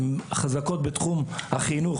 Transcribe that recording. הן חזקות בתחום החינוך,